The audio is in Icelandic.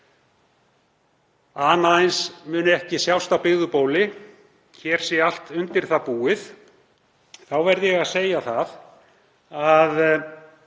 að annað eins muni ekki sjást á byggðu bóli, hér sé allt undir það búið, þá verð ég að segja að þá